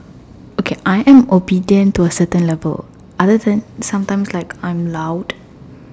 okay I am obedient to a certain level other than sometimes like I'm loud